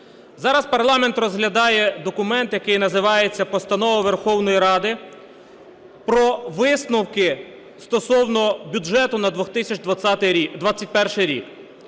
Зараз парламент розглядає документ, який називається Постанова Верховної Ради про висновки стосовно бюджету на 2021 рік.